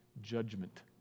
judgment